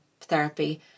therapy